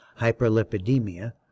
hyperlipidemia